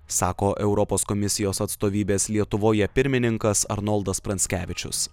sako europos komisijos atstovybės lietuvoje pirmininkas arnoldas pranckevičius